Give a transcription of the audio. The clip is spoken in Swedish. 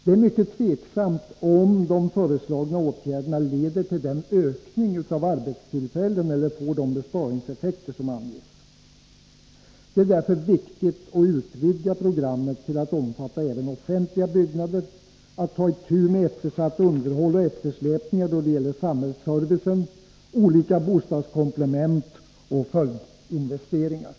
Det är mycket osäkert om de föreslagna åtgärderna leder till den ökning av arbetstillfällen eller får de besparingseffekter som anges. Därför är det viktigt att utvidga programmet till att omfatta även offentliga byggnader, att ta itu med eftersatt underhåll och eftersläpningar då det gäller samhällsservicen, olika bostadskomplement och följdinvesteringar.